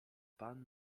pan